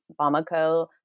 Bamako